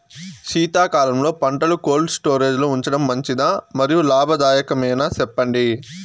శీతాకాలంలో పంటలు cold storage లో ఉంచడం మంచిదా? మరియు లాభదాయకమేనా, సెప్పండి